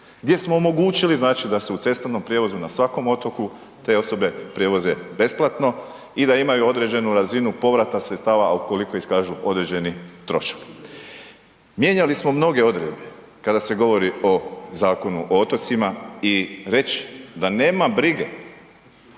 gdje smo omogućili znači da se u cestovnom prijevozu na svakom osobu te osobe prevoze besplatno i da imaju određenu razinu povrata sredstava ukoliko iskažu određeni trošak. Mijenjali smo mnoge odredbe kada se govori o Zakonu o otocima i reći da nema brige